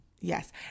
yes